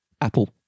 apple